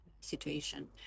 situation